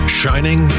shining